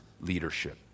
leadership